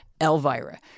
elvira